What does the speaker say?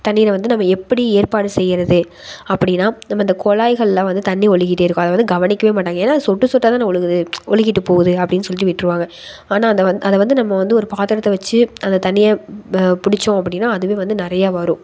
தண்ணீரை வந்து நம்ம எப்படி ஏற்பாடு செய்யுறது அப்படின்னா நம்ம அந்த குழாய்கள்லாம் வந்து தண்ணி ஒழுகிட்டே இருக்கும் அதை வந்து கவனிக்க மாட்டாங்க ஏன்னா அது சொட்டு சொட்டாக தான் ஒழுகுது ஒழுகிட்டு போகுது அப்படின்னு சொல்லிவிட்டு விட்டுருவாங்க ஆனால் அந்த அதை வந்து நம்ம வந்து ஒரு பாத்திரத்த வச்சு அந்த தண்ணியை பிடிச்சோம் அப்படின்னா அதுவே வந்து நிறையா வரும்